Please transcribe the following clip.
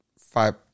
five